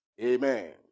Amen